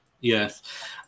Yes